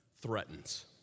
threatens